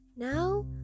Now